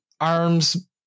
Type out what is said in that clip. arms